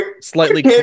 slightly